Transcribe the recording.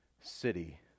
city